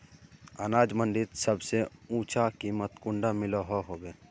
अनाज मंडीत सबसे ऊँचा कीमत कुंडा मिलोहो होबे?